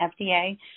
FDA